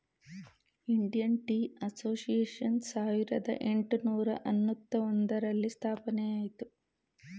Indian tea association ಸಾವಿರದ ಏಟುನೂರ ಅನ್ನೂತ್ತ ಒಂದರಲ್ಲಿ ಸ್ಥಾಪನೆಯಾಯಿತು